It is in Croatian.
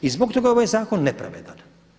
I zbog toga je ovaj zakon nepravedan.